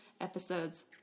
Episodes